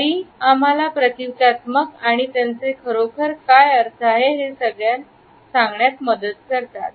तरn आम्हाला प्रतीकात्मकता आणि त्यांचे खरोखर काय अर्थ आहे हे सगळ्यात मदत करतात